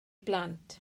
blant